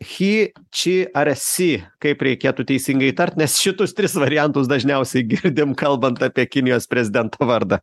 chi či ar si kaip reikėtų teisingai tart nes šitus tris variantus dažniausiai girdim kalbant apie kinijos prezidento vardą